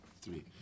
Three